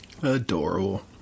Adorable